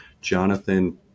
Jonathan